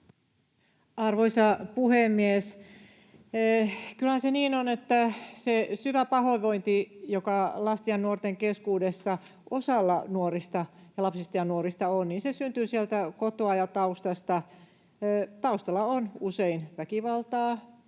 Arvoisa puhemies! Kyllähän se niin on, että se syvä pahoinvointi, joka lasten ja nuorten keskuudessa osalla lapsista ja nuorista on, syntyy sieltä kotoa ja taustasta. Taustalla on usein väkivaltaa,